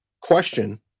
question